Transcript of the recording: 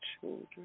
children